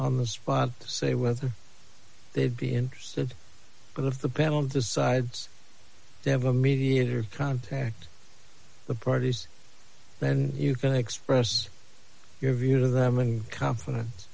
on the spot to say whether they'd be interested because of the panel decides to have a mediator contact the parties then you can express your view to them in confidence